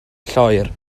lloer